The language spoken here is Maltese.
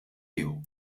tiegħu